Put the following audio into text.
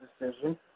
decision